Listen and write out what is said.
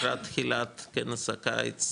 לקראת תחילת כנס הקיץ,